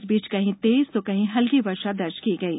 इस बीच कहीं तेज तो कहीं हल्की वर्षा दर्ज की गयी